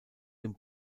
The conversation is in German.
dem